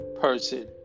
person